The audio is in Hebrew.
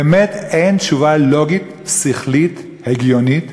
באמת אין תשובה לוגית, שכלית, הגיונית,